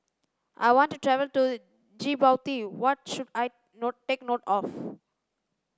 I want to travel to Djibouti what should I note take note of